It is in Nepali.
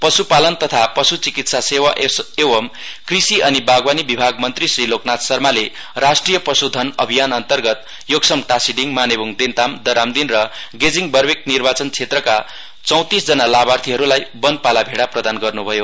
पश्पालन तथा पश् चिकित्सा सेवा एवं कृषि अनि बागवानी विभाग मन्त्री श्री लोकनाथ शर्माले राष्ट्रिय पश्धन अभियानअन्तर्गत योक्सम टाशीड़िङ मानेब्ङ देन्ताम दरामदिन र गेजिङ बर्मेक निर्वाचन क्षेत्रका चौंतीसजना लाभार्थीहरूलाई वनपाला भैड़ा प्रदान गर्नुभयो